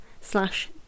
slash